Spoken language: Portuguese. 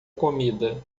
comida